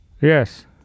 Yes